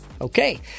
Okay